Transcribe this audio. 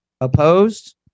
Opposed